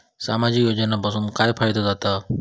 सामाजिक योजनांपासून काय फायदो जाता?